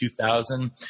2000